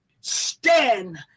stand